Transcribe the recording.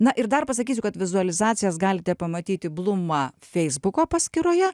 na ir dar pasakysiu kad vizualizacijas galite pamatyti bluma feisbuko paskyroje